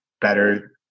better